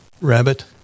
Rabbit